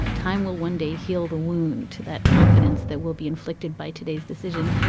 time will one day heal the wound to that confidence that will be inflicted by today's decision.